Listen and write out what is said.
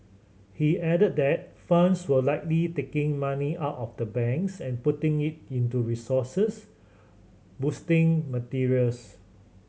he added that funds were likely taking money out of the banks and putting it into resources boosting materials